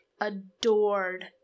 adored